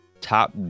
top